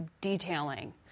detailing